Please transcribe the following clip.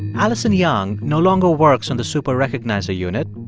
alison young no longer works on the super-recognizer unit.